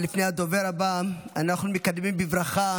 לפני הדובר הבא אנחנו מקדמים בברכה